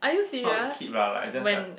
not a kid lah like I just like